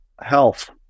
Health